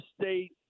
State